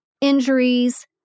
injuries